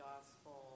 gospel